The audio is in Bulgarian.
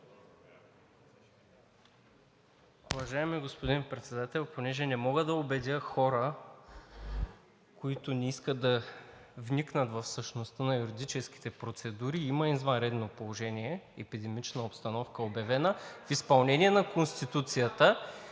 Уважаеми господин Председател, понеже не мога да убедя хора, които не искат да вникнат в същността на юридическите процедури, има извънредно положение, обявена епидемична обстановка, в изпълнение на Конституцията,